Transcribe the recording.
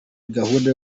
gahunda